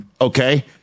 okay